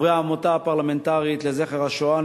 חברי העמותה הפרלמנטרית לזכר השואה,